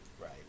Right